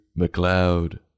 McLeod